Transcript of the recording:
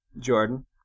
Jordan